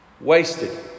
Wasted